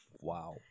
Wow